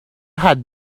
had